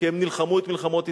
כי הם נלחמו את מלחמות ישראל,